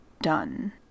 done